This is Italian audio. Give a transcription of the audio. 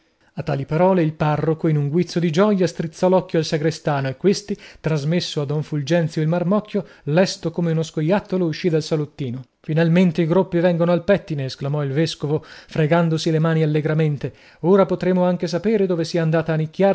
a tali parole il parroco in un guizzo di gioia strizzò l'occhio al sagrestano e questi trasmesso a don fulgenzio il marmocchio lesto come uno scoiattolo uscì dal salottino finalmente i gruppi vengono al pettine esclamò il vescovo fregandosi le mani allegramente ora potremo anche sapere dove sia andata a